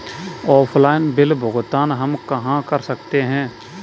Offline bill भुगतान हम कहां कर सकते हैं?